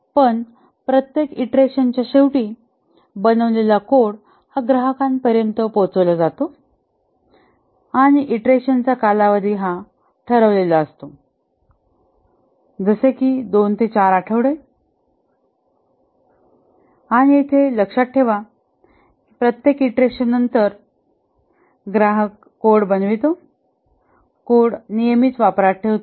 पण प्रत्येक ईंट्रेशन च्या शेवटी बनवलेला कोड हा ग्राहकापर्यंत पोहचवला जातो आणि ईंटरेशनचा कालावधी हा ठरलेला असतो जसे कि २ ते ४ आठवडे आणि येथे लक्षात ठेवा प्रत्येक ईंटरेशननंतर ग्राहक कोड बनवितो कोड नियमित वापरात ठेवतो